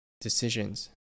decisions